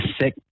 sick